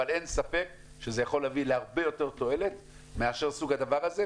אבל אין ספק שזה יכול להביא הרבה יותר תועלת מאשר הדבר הזה.